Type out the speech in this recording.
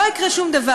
לא יקרה שום דבר.